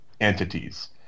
entities